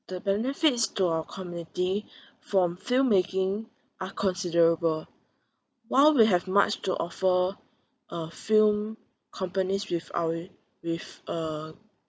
the benefits to our community from film making are considerable while we have much to offer uh film companies with our with uh